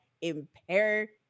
impair